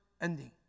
ending